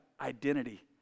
identity